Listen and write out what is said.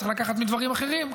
צריך לקחת מדברים אחרים.